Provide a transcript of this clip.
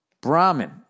Brahmin